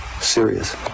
serious